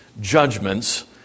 judgments